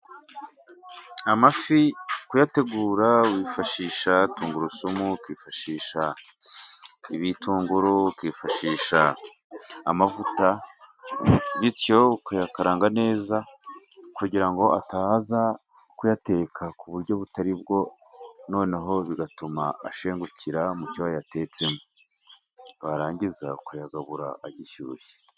Amafi kuyategura wifashisha tungurusumu, ukifashisha ibitunguru, ukifashisha amavuta, bityo ukayakaranga neza kugira ngo utaza kuyateka ku buryo butari bwo, noneho bigatuma ashengukira mu cyo wayatetsemo, warangiza ukayagabura agishyushye.